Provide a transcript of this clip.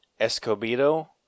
Escobedo